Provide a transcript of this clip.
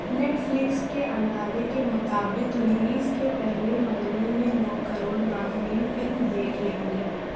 net flicks کے اندازے کے مطابق ریلیز کے پہلے مہینے میں نو کروڑ ناظرین فلم دیکھ لیں گے